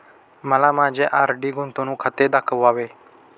मला माझे आर.डी गुंतवणूक खाते दाखवावे